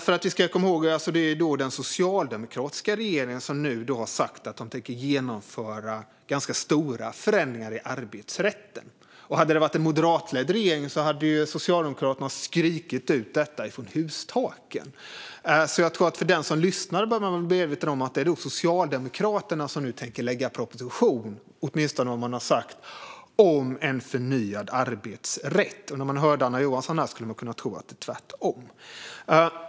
Låt oss komma ihåg att det är den socialdemokratiska regeringen som har sagt att man tänker genomföra ganska stora förändringar i arbetsrätten. Hade det varit en moderatledd regering hade Socialdemokraterna skrikit ut det från hustaken. Den som lyssnar bör vara medveten om att det är Socialdemokraterna som tänker lägga fram en proposition om en förnyad arbetsrätt, för när man hörde Anna Johansson kunde man tro att det är tvärtom.